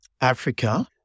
Africa